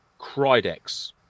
Crydex